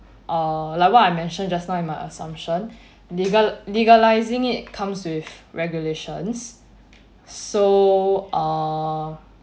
uh like what I mentioned just now in my assumption legal~ legalising it comes with regulations so uh